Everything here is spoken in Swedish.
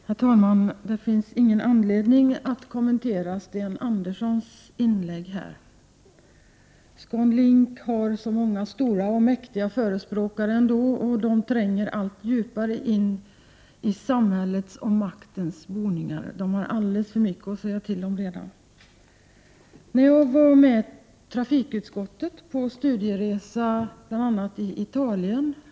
Herr talman! Jag tycker inte att det finns någon anledning att kommentera — 4 april 1989 inlägget från Sten Andersson i Malmö. ScanLink har ju ändå så många stora och mäktiga förespråkare. De tränger allt djupare in i samhället och maktens boningar och har alldeles för mycket att säga till om redan nu. Häromåret gjorde jag och några andra i trafikuskottet en studieresa. Vi var bl.a. i Italien.